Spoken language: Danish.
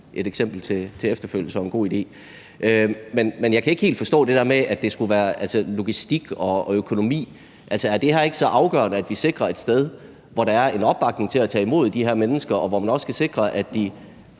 et eksempel til efterfølgelse og en god idé. Men jeg kan ikke helt forstå det der med, at det skulle skyldes logistik og økonomi. Altså, er det her ikke så afgørende, at vi skal sikre, at der er et sted, hvor der er en opbakning til at tage imod de her mennesker, og hvor man også kan sikre, at der